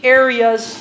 areas